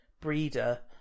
breeder